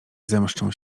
zemszczą